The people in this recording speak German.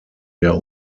der